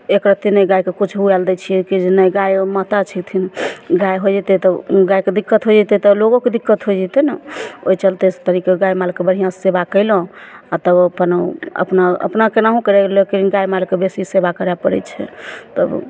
एक रती ने गायके किछु होबय लए दै छियै की जे नहि गाय माता छिकथिन गाय होइ जेतय तऽ उ गायके दिक्कत होइ जेतय तऽ लोगोके दिक्कत होइ जेतय ने ओहि चलते तरीके गाय मालके बढ़िआँसँ सेवा कयलहुँ आओर तऽ ओ अपन अपना अपना केनाहुँके रहि लेब लेकिन गाय मालके बेसी सेवा करय पड़य छै तब